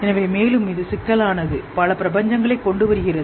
எனவே மேலும் சிக்கலானது பல பிரபஞ்சங்களைக் கொண்டுவருகிறது